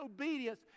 obedience